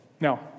Now